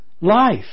life